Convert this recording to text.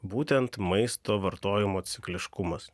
būtent maisto vartojimo cikliškumas